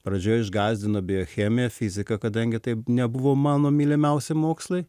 pradžioj išgąsdino biochemija fizika kadangi taip nebuvo mano mylimiausi mokslai